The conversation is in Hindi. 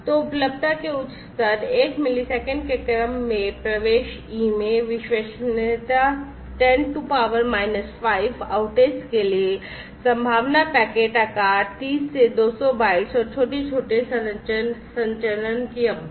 तो उपलब्धता के उच्च स्तर 1 मिलीसेकंड के क्रम में प्रवेश ई में विश्वसनीयता 10 टू पावर माइनस 5 आउटेज के लिए संभावना पैकेट आकार तीस से 200 बाइट्सऔर छोटे छोटे संचरण की अवधि